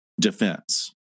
defense